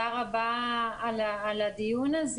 הזה.